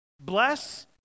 Bless